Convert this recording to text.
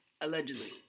Allegedly